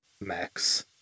Max